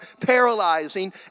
paralyzing